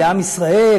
לעם ישראל,